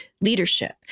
leadership